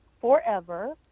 forever